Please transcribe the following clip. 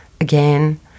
again